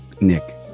Nick